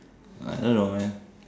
I don't know man